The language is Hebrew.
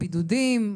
בידודים,